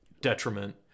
detriment